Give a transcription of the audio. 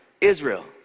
Israel